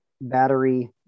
battery